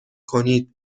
کنید